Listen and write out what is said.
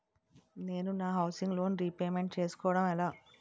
నేను నా housing loan repayment చేసుకోవటం ఎలా?